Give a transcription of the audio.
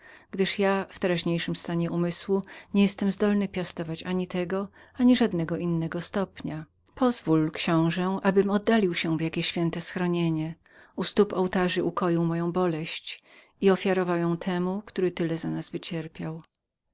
gdyż ja w teraźniejszym stanie umysłu nie jestem zdolny piastować ani tego ani innego stopnia pozwól książe ażebym oddalił się w jakie święte schronienie u stóp ołtarzy ukoił moją boleść i ofiarował ją temu który tyle za nas wycierpiał